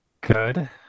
Good